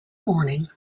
morning